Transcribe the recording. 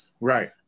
right